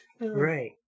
right